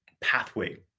pathway